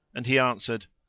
and he answered,